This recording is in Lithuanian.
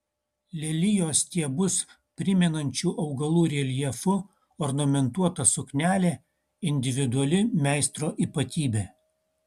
lelijos stiebus primenančių augalų reljefu ornamentuota suknelė individuali meistro ypatybė